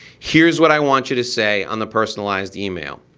here's what i want you to say on the personalized email.